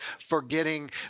Forgetting